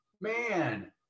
man